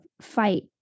fight